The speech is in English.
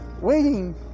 waiting